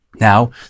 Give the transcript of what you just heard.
Now